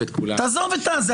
תעזוב את זה.